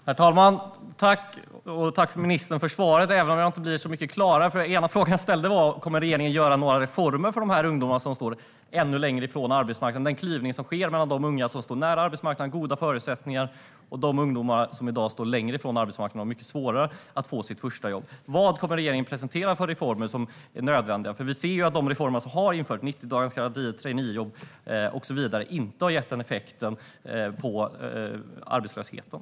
Herr talman! Tack, ministern, för svaret, även om jag inte blir så mycket klokare av det. En fråga som jag ställde var: Kommer regeringen att genomföra några reformer för de ungdomar som står ännu längre från arbetsmarknaden för att komma till rätta med klyvningen mellan dem som står nära arbetsmarknaden och har goda förutsättningar och de ungdomar som i dag står längre ifrån arbetsmarknaden och har mycket svårare att få sitt första jobb? Vad kommer regeringen att presentera för nödvändiga reformer? De reformer som har genomförts - 90-dagarsgarantin, traineejobb och så vidare - har inte gett den effekten på arbetslösheten.